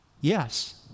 Yes